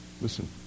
Listen